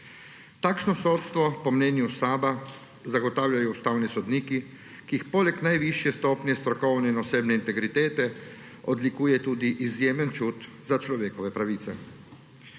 Takšno sodstvo po mnenju SAB zagotavljajo ustavni sodniki, ki jih poleg najvišje stopnje strokovne in osebne integritete odlikuje tudi izjemen čut za človekove pravice.